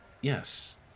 yes